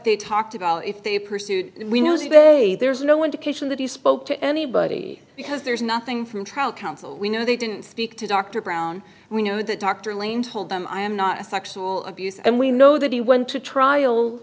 they talked about if they pursued we know today there's no indication that he spoke to anybody because there's nothing from trial counsel we know they didn't speak to dr brown and we know that dr lane told them i am not a sexual abuse and we know that he went to trial